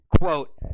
quote